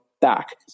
back